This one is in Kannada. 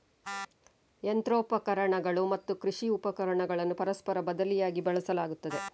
ಯಂತ್ರೋಪಕರಣಗಳು ಮತ್ತು ಕೃಷಿ ಉಪಕರಣಗಳನ್ನು ಪರಸ್ಪರ ಬದಲಿಯಾಗಿ ಬಳಸಲಾಗುತ್ತದೆ